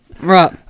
right